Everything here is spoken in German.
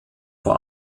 vor